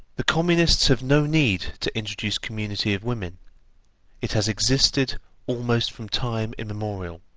the communists have no need to introduce community of women it has existed almost from time immemorial.